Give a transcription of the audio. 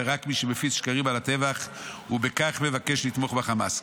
אלא רק מי שמפיץ שקרים על הטבח ובכך מבקש לתמוך בחמאס.